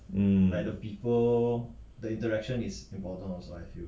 um